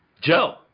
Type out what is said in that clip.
Joe